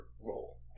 role